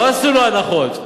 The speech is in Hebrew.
לא עשו לו הנחות.